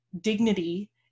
dignity